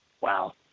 wow